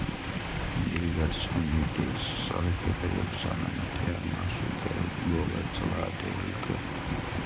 bill Gates अमीर देश सभ कें प्रयोगशाला मे तैयार मासु केर उपभोगक सलाह देलकैए